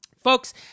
Folks